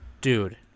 Dude